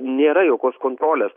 nėra jokios kontrolės